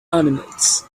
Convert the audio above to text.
animals